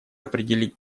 определить